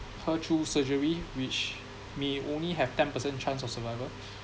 her through surgery which may only have ten percent chance of survival